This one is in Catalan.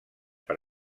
per